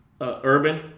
urban